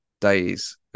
days